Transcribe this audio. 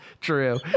true